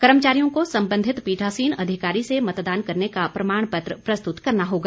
कर्मचारियों को संबंधित पीठासीन अधिकारी से मतदान करने का प्रमाण पत्र प्रस्तुत करना होगा